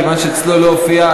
כיוון שאצלו לא הופיע,